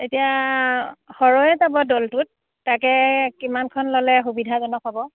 এতিয়া সৰহেই যাব দলটোত তাকে কিমানখন ল'লে সুবিধাজনক হ'ব